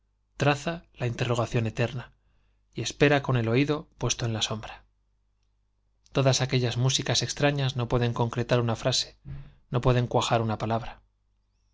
traza la interroga ción eterna y espera con el oído la sombra puesto en todas aquellas músicas extrañas no pueden concretar una frase no pueden cuajar una palabra